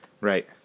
Right